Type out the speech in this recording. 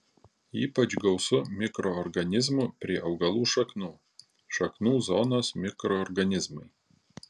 ypač gausu mikroorganizmų prie augalų šaknų šaknų zonos mikroorganizmai